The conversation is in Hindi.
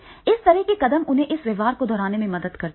इस तरह के कदम उन्हें इस व्यवहार को दोहराने में मदद करते हैं